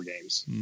games